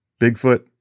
Bigfoot